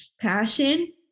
passion